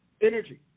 energy